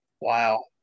Wow